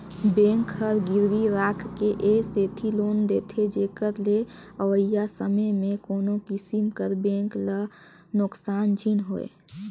bank हर गिरवी राखके ए सेती लोन देथे जेकर ले अवइया समे में कोनो किसिम कर बेंक ल नोसकान झिन होए